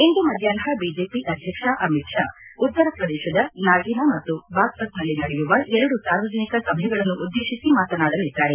ಇಂದು ಮಧ್ಯಾಕ್ನ ಬಿಜೆಪಿ ಅಧ್ಯಕ್ಷ ಅಮಿತ್ ಷಾ ಉತ್ತರ ಪ್ರದೇಶದ ನಾಗಿನ ಮತ್ತು ಬಾಗ್ಪತ್ನಲ್ಲಿ ನಡೆಯುವ ಎರಡು ಸಾರ್ವಜನಿಕ ಸಭೆಗಳನ್ನು ಉದ್ದೇಶಿಸಿ ಮಾತನಾಡಲಿದ್ದಾರೆ